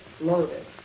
loaded